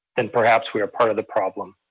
then perhaps we are part of the problem.